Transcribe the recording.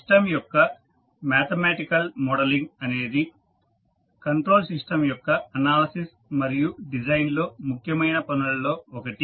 system యొక్క mathematical modelling అనేది control system యొక్క అనాలిసిస్ మరియు డిజైన్ లో ముఖ్యమైన పనులలో ఒకటి